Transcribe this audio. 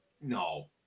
no